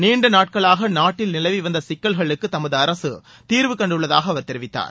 நீண்ட நாட்களாக நாட்டில் நிலவி வந்த சிக்கல்களுக்கு தமது அரசு தீர்வுகண்டுள்ளதாக அவர் தெரிவித்தார்